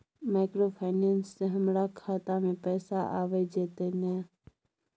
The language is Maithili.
माइक्रोफाइनेंस से हमारा खाता में पैसा आबय जेतै न?